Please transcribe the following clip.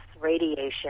radiation